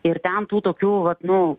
ir ten tų tokių vat nu